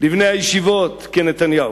לבני הישיבות, כנתניהו.